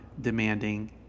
demanding